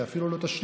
זה אפילו ללא תשלום